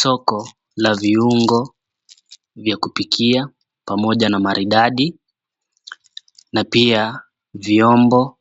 Soko la viungo vya kupikia pamoja na maridadi na pia vyombo